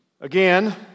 Again